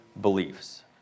beliefs